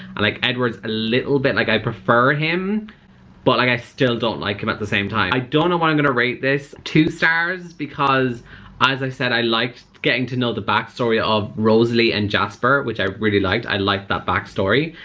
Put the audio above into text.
like edwards a little bit like i prefer him but like i still don't like him at the same time. i don't know what i'm gonna rate this, two stars because as i said i liked getting to know the backstory of rosalie and jasper which i really liked i liked that backstory.